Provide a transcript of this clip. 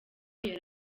yari